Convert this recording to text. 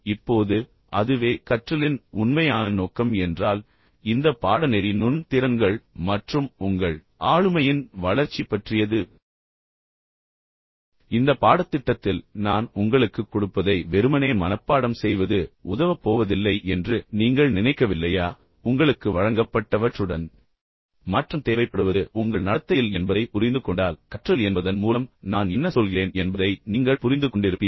இப்போது அதுவே கற்றலின் உண்மையான நோக்கம் என்றால் இந்த பாடநெறி நுண் திறன்கள் மற்றும் உங்கள் ஆளுமையின் வளர்ச்சி பற்றியது இந்த பாடத்திட்டத்தில் நான் உங்களுக்குக் கொடுப்பதை வெறுமனே மனப்பாடம் செய்வது உதவப் போவதில்லை என்று நீங்கள் நினைக்கவில்லையா உங்களுக்கு வழங்கப்பட்டவற்றுடன் மாற்றம் தேவைப்படுவது உங்கள் நடத்தையில் தான் என்பதை நீங்கள் புரிந்து கொண்டால் கற்றல் என்பதன் மூலம் நான் என்ன சொல்கிறேன் என்பதை நீங்கள் புரிந்து கொண்டிருப்பீர்கள்